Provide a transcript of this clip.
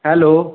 hello